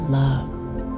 loved